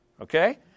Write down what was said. Okay